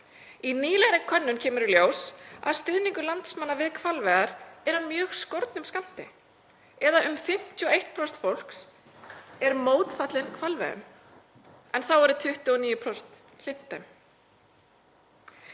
Í nýlegri könnun kom í ljós að stuðningur landsmanna við hvalveiðar er af mjög skornum skammti. Um 51% fólks er mótfallið hvalveiðum en þá eru 29% hlynnt